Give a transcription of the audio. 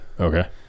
okay